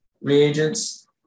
reagents